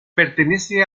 pertenece